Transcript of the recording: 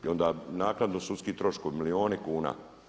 I onda naknadno sudski troškovi, milijuni kuna.